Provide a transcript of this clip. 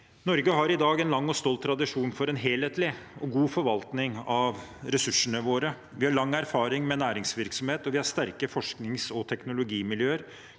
Norge har i dag en lang og stolt tradisjon for en helhetlig og god forvaltning av ressursene våre. Vi har lang erfaring med næringsvirksomhet, og vi har sterke forsknings- og teknologimiljøer